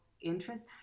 interest